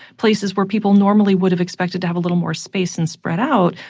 places where people normally would have expected to have a little more space and spread out,